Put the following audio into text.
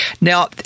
Now